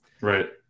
Right